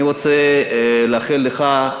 אני רוצה לאחל לך,